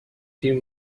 few